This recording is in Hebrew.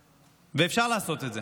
ואפשר לעשות את זה.